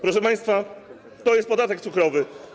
Proszę państwa, to jest podatek cukrowy.